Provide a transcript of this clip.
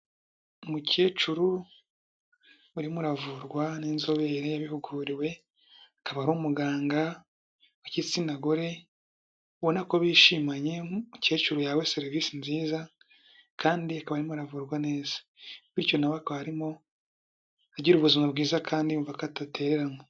Umukecuru urimo uravurwa n'inzobere yabihuguriwe, akaba ari umuganga w'igitsina gore, ubona ko bishimanye, umukecuru yahawe serivisi nziza, kandi akaba arimo aravurwa neza, bityo nawe akaba arimo agira ubuzima bwiza, kandi yumva ko atatereranywe.